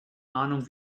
ahnung